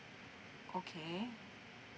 okay